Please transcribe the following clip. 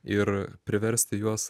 ir priversti juos